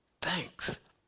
Thanks